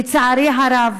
לצערי הרב,